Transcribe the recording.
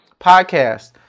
Podcast